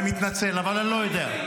אני מתנצל אבל אני לא יודע.